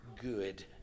good